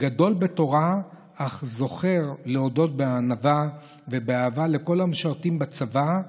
גדול בתורה אך זוכר להודות בענווה ובאהבה לכל המשרתים בצבא,